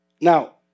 Now